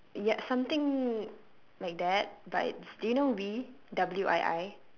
ya something like that but do you know wii W I I